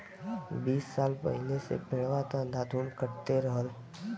बीस साल पहिले से पेड़वा त अंधाधुन कटते रहल